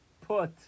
put